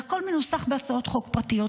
והכל מנוסח בהצעות חוק פרטיות,